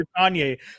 Kanye